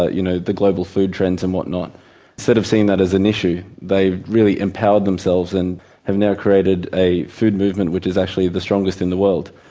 ah you know, the global food trends and what not. instead sort of seeing that as an issue they really empowered themselves and have now created a food movement, which is actually the strongest in the world.